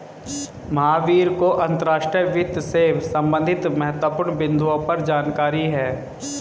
महावीर को अंतर्राष्ट्रीय वित्त से संबंधित महत्वपूर्ण बिन्दुओं पर जानकारी है